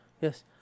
Yes